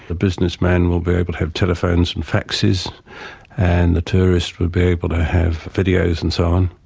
a businessman will be able to have telephones and faxes and the tourist will be able to have videos and so on.